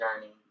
journey